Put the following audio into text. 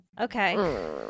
Okay